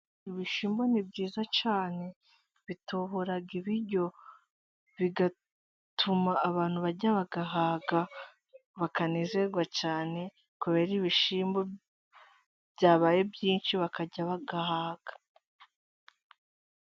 Ibishyimbo ni byiza cyane bitubura ibiryo bigatuma abantu barya bagahaga bakanezerwa cyane kubera ibishyimbo byabaye byinshi bakarya bagahaga.